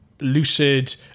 lucid